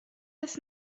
des